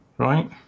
Right